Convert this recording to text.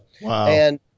Wow